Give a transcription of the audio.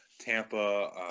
Tampa